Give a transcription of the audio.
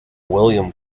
william